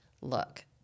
look